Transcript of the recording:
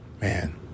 Man